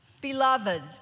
Beloved